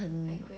很